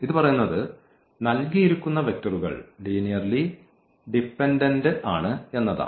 ഇതു പറയുന്നത് നൽകിയിരിക്കുന്ന വെക്റ്ററുകൾ ലീനിയർലി ഡിപെൻഡന്റ് ആണ് എന്നതാണ്